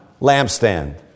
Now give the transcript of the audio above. lampstand